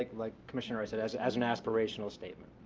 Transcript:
like like commissioner said, as as an aspirational statement.